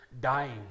dying